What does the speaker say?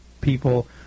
people